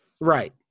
Right